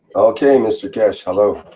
okay mr keshe, hello.